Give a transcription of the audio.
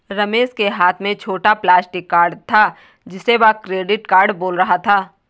रमेश के हाथ में छोटा प्लास्टिक कार्ड था जिसे वह क्रेडिट कार्ड बोल रहा था